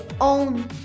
own